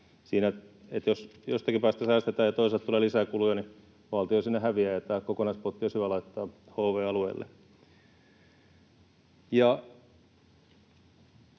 jos jostakin päästä säästetään ja toisesta tulee lisää kuluja, niin valtio siinä häviää ja tämä kokonaispotti olisi hyvä laittaa HV-alueille.